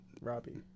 Robbie